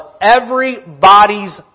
everybody's